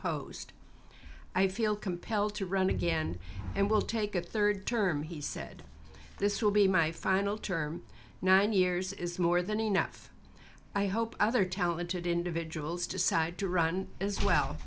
unopposed i feel compelled to run again and will take a third term he said this will be my final term nine years is more than enough i hope other talented individuals decide to run as well